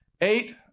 Eight